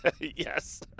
yes